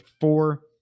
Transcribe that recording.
four